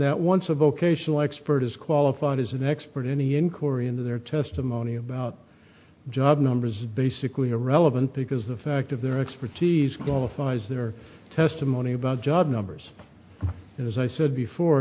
that once a vocational expert is qualified as an expert any inquiry into their testimony about job numbers is basically irrelevant because the fact of their expertise qualifies their testimony about job numbers as i said before